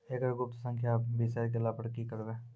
एकरऽ गुप्त संख्या बिसैर गेला पर की करवै?